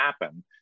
happen